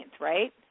right